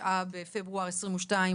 ה-9 בפברואר 2022,